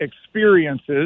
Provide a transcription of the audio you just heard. experiences